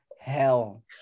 hell